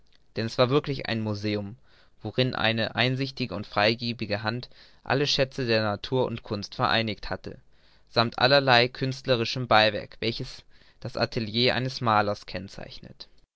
denn es war wirklich ein museum worin eine einsichtige und freigebige hand alle schätze der natur und kunst vereinigt hatte sammt allerlei künstlerischem beiwerk welches das atelier eines malers kennzeichnet